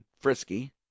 frisky